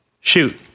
Shoot